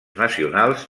nacionals